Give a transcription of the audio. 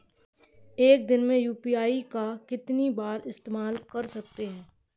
एक दिन में यू.पी.आई का कितनी बार इस्तेमाल कर सकते हैं?